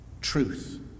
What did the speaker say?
truth